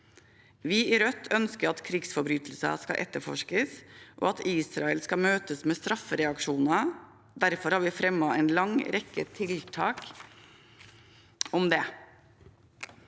Vi i Rødt ønsker at krigsforbrytelser skal etterforskes, og at Israel skal møtes med straffereaksjoner. Derfor har vi fremmet en lang rekke tiltak om det.